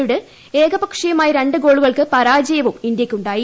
യോട് ഏകപക്ഷീയമായ ര്ണ്ടു ഗോളുകൾക്ക് പരാജയവും ഇന്ത്യയ്ക്കുണ്ടായി